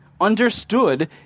understood